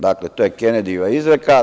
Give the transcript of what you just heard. Dakle, to je Kenedijeva izreka.